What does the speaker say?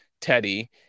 Teddy